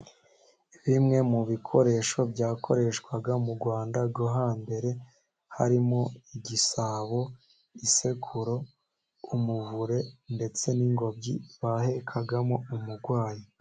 Bimwe mu bikoresho byakoreshwaga mu rwanda rwo hambere harimo igisabo, isekururo, umuvure, ndetse n'ingobyi bahekagamo umurwayi.